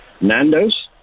Nando's